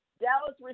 Dallas